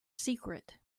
secret